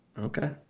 okay